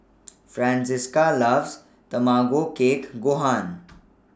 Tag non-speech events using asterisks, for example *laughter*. *noise* Francisca loves Tamago Kake Gohan *noise*